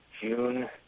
June